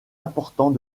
important